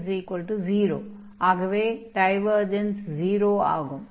ஆகவே டைவர்ஜன்ஸ் 0 ஆகும்